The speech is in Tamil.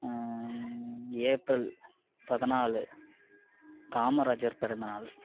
ஏப்ரல் பதினாலு காமராஜர் பிறந்த நாள்